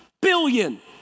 billion